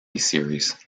series